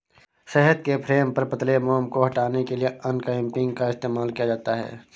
शहद के फ्रेम पर पतले मोम को हटाने के लिए अनकैपिंग का इस्तेमाल किया जाता है